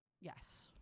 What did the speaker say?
Yes